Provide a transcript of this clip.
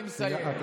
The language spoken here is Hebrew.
אני מסיים.